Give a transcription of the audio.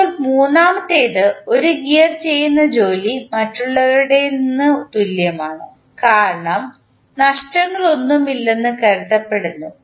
ഇപ്പോൾ മൂന്നാമത്തേത് ഒരു ഗിയർ ചെയ്യുന്ന ജോലി മറ്റുള്ളവരുടേതിന് തുല്യമാണ് കാരണം നഷ്ടങ്ങളൊന്നുമില്ലെന്ന് കരുതപ്പെടുന്നു